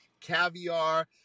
caviar